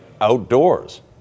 outdoors